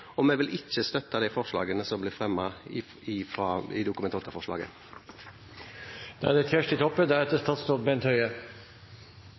og vi vil ikke støtte de forslagene som blir fremmet i Dokument 8:65 S. Det er ei litt spesiell sak, i og med at det er det